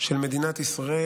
של מדינת ישראל.